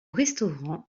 restaurant